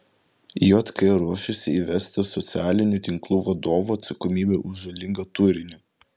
jk ruošiasi įvesti socialinių tinklų vadovų atsakomybę už žalingą turinį